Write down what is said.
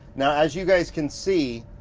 now as you guys can see,